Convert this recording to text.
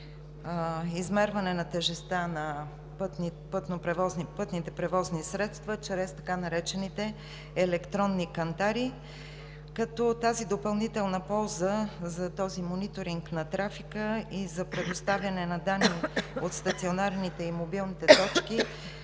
измерване на тежестта на пътните превозни средства чрез така наречените електронни кантари, като тази допълнителна полза за този мониторинг на трафика и за предоставяне на данни от стационарните и мобилните точки